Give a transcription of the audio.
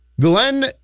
Glenn